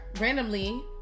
randomly